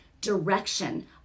direction